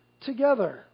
together